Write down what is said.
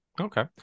okay